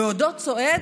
בעודו צועד